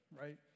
right